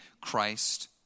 Christ